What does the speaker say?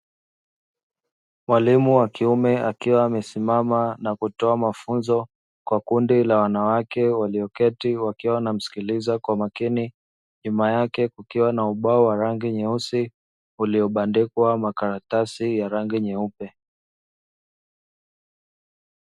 Mwalimu wa kiume akiwa amesimama na kutoa mafunzo kwa kundi la wanawake walioketi wakiwa wanamsikiliza kwa makini. Nyuma yake kukiwa na ubao wa rangi nyeusi uliobandikwa makaratasi ya rangi nyeupe.